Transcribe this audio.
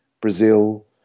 Brazil